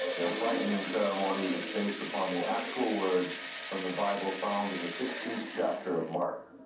their frightening ceremony is based upon the actual words from the bible found in the sixteenth chapter of mark.